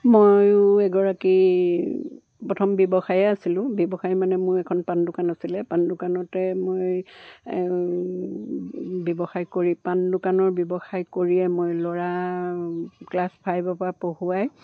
মইও এগৰাকী প্ৰথম ব্যৱসায়ে আছিলোঁ ব্যৱসায় মানে মোৰ এখন পাণ দোকান আছিলে পাণ দোকানতে মই ব্যৱসায় কৰি পাণ দোকানৰ ব্যৱসায় কৰিয়ে মই ল'ৰা ক্লাছ ফাইভৰ পৰা পঢ়োৱাই